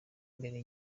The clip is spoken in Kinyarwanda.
imbere